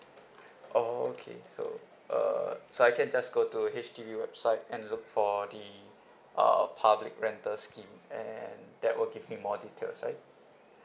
oh okay so uh so I can just go to H_D_B website and look for the uh public rental scheme and that will give me more details right